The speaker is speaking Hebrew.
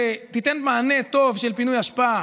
שתיתן מענה טוב של פינוי אשפה,